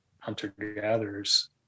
hunter-gatherers